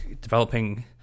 developing